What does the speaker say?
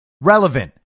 relevant